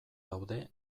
daude